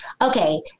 Okay